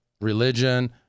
religion